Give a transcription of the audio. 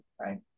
right